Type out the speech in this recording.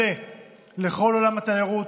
לכל עולם התיירות,